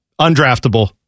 Undraftable